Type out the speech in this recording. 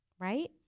right